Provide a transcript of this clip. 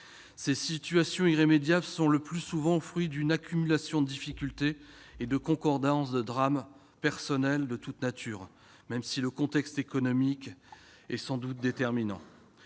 Ces situations irrémédiables sont le plus souvent le fruit d'une accumulation de difficultés et de la concordance de drames personnels de toute nature, même si le contexte économique est sans doute déterminant.